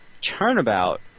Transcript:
turnabout